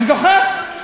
אני זוכר.